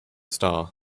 star